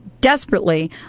desperately